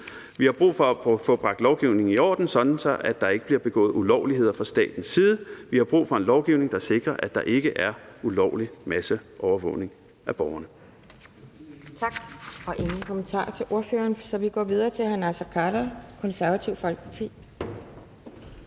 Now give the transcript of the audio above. Vi har brug for at få bragt lovgivningen i orden, sådan at der ikke bliver begået ulovligheder fra statens side. Vi har brug for en lovgivning, der sikrer, at der ikke er ulovlig masseovervågning af borgerne.